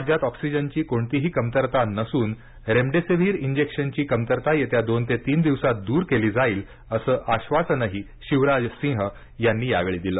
राज्यात ऑक्सिजनची कोणतीही कमतरता नसून रेमडेसिव्हीर इंजेक्शनची कमतरता येत्या दोन ते तीन दिवसात दूर केली जाईल असं आश्वासनही शिवराज सिंह यांनी यावेळी दिलं